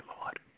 Lord